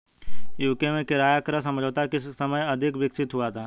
UK में किराया क्रय समझौता किस समय अधिक विकसित हुआ था?